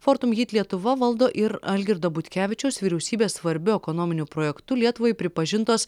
fortum hyt lietuva valdo ir algirdo butkevičiaus vyriausybės svarbiu ekonominiu projektu lietuvai pripažintos